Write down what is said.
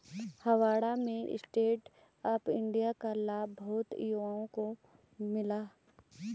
हावड़ा में stand up India का लाभ बहुत युवाओं को मिला